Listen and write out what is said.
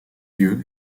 lieu